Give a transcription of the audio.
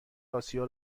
آسیا